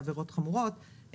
בעבירות חמורות,